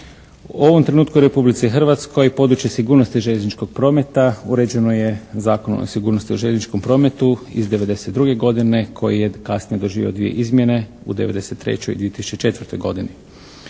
U ovom trenutku u Republici Hrvatskoj područje sigurnosti željezničkog prometa uređeno je Zakonom o sigurnosti u željezničkom prometu iz '92. godine koji je kasnije doživio dvije izmjene u '93. i 2004. godini.